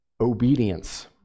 Obedience